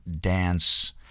dance